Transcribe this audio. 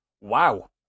wow